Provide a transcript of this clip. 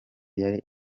yari